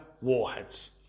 warheads